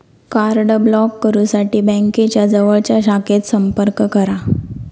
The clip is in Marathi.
कार्ड ब्लॉक करुसाठी बँकेच्या जवळच्या शाखेत संपर्क करा